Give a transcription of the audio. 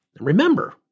Remember